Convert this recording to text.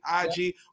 IG